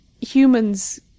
humans